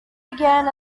began